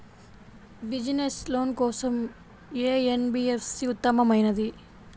Business loan కోసం ఏ NBFC ఉత్తమమైనది?